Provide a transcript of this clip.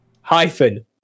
hyphen